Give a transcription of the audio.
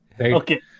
Okay